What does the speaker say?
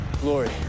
glory